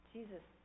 Jesus